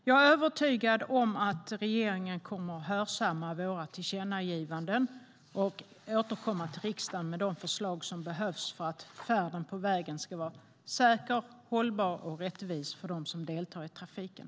Jag är övertygad om att regeringen kommer att hörsamma våra tillkännagivanden och återkommer till riksdagen med de förslag som behövs för att färden på vägen ska vara säker, hållbar och rättvis för dem som deltar i trafiken.